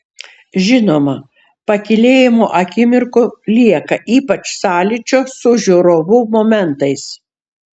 žinoma pakylėjimo akimirkų lieka ypač sąlyčio su žiūrovu momentais